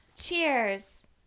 cheers